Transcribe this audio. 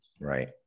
right